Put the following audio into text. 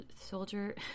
soldier